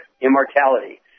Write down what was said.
Immortality